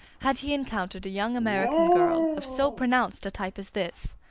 had he encountered a young american girl of so pronounced a type as this.